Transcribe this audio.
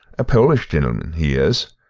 a polish gintleman, he is,